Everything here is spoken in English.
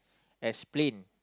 explain